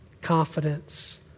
confidence